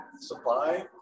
supply